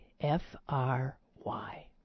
F-R-Y